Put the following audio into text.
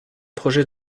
projet